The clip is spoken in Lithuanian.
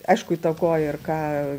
aišku įtakoja ir ką